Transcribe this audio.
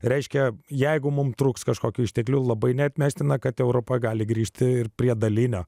reiškia jeigu mums trūks kažkokių išteklių labai neatmestina kad europa gali grįžti prie dalinio